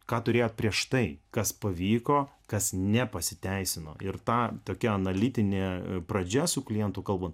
ką turėjo yprieš tai kas pavyko kas nepasiteisino ir tą tokia analitinė pradžia su klientu kalbant